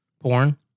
Porn